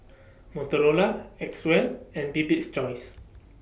Motorola Acwell and Bibik's Choice